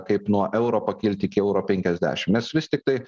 kaip nuo euro pakilti iki euro penkiasdešim nes vis tiktai